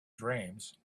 dreams